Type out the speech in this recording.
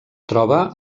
troba